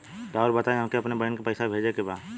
राउर बताई हमके अपने बहिन के पैसा भेजे के बा?